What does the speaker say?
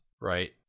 right